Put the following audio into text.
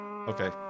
Okay